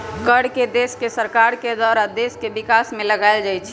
कर के देश के सरकार के द्वारा देश के विकास में लगाएल जाइ छइ